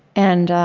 and